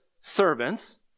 servants